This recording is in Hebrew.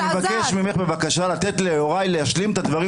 אני מבקש ממך לתת ליוראי להשלים את הדברים